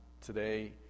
today